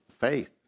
Faith